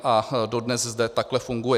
A dodnes zde takhle funguje.